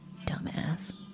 dumbass